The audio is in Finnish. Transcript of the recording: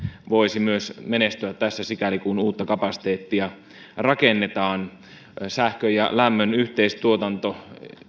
voisi menestyä tässä sikäli kuin uutta kapasiteettia rakennetaan sähkön ja lämmön yhteistuotanto